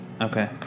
Okay